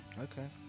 Okay